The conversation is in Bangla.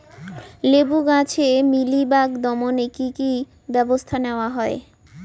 লেবু গাছে মিলিবাগ দমনে কী কী ব্যবস্থা নেওয়া হয়?